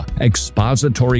expository